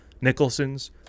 Nicholson's